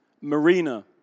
Marina